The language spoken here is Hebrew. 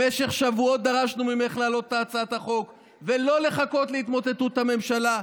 במשך שבועות דרשנו ממך להעלות את הצעת החוק ולא לחכות להתמוטטות הממשלה,